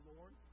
Lord